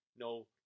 no